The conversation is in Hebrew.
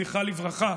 זכרה לברכה,